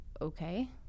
okay